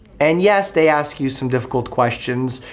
and yes, they ask you some difficult questions,